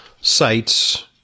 sites